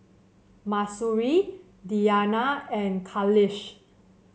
Mahsuri Diyana and Khalish